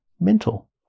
mental